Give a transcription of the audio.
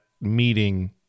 meeting